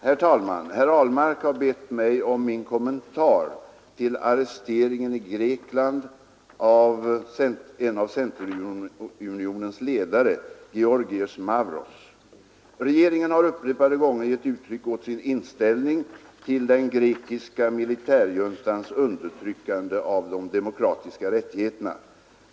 Herr talman! Herr Ahlmark har bett mig om min kommentar till arresteringen i Grekland av centerunionens ledare Giorgios Mavros. Regeringen har upprepade gånger gett uttryck åt sin inställning till den grekiska militärjuntans undertryckande av de demokratiska rättigheterna.